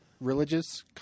religious